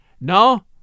No